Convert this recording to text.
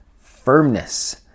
Firmness